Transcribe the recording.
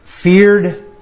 feared